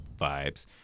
vibes